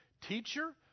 Teacher